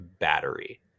Battery